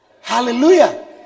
hallelujah